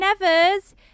Nevers